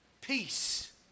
peace